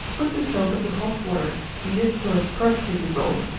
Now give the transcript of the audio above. put the soap into hot water, beat it till it is perfectly dissolved,